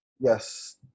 Yes